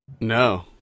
No